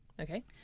Okay